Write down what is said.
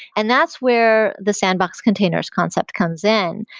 and that's where the sandbox containers concept comes in.